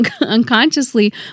unconsciously